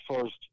first